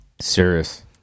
Serious